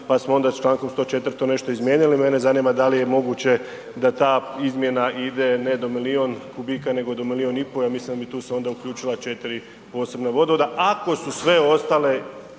pa smo onda u Članku 104. to ne izmijenili, mene zanima da li je moguće da ta izmjena ide ne do milion kubika nego do 1,5 milion ja mislim da bi tu se onda uključila 4 posebna vodovoda ako su sve ostale